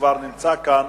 שכבר נמצא כאן,